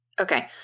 Okay